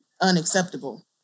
unacceptable